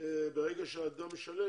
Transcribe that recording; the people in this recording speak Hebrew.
שאדם משלם,